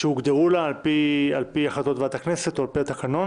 שהוגדרו לה על פי החלטות ועדת הכנסת או על פי התקנון,